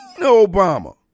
Obama